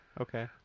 Okay